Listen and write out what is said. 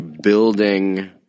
building